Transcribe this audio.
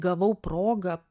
gavau progą